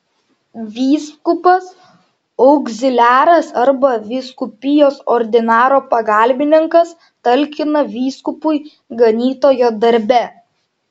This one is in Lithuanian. vyskupas augziliaras arba vyskupijos ordinaro pagalbininkas talkina vyskupui ganytojo darbe